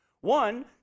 One